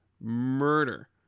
Murder